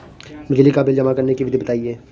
बिजली का बिल जमा करने की विधि बताइए?